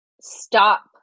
stop